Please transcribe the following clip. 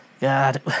God